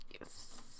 Yes